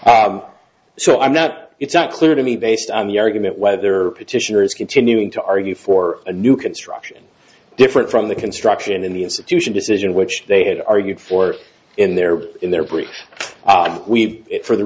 so i'm not it's not clear to me based on the argument whether petitioners continuing to argue for a new construction different from the construction in the institution decision which they had argued for in their in their briefs aqui for the